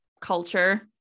culture